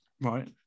Right